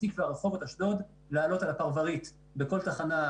פתח תקווה,